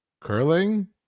curling